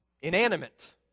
inanimate